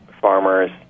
farmers